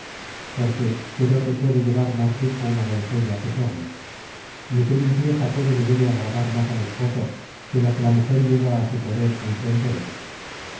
porque qué dote puede llevar más rico una doncella que serlo ni qué limpieza puede ni debe agradar más al esposo que la que la mujer lleva á su poder en su entereza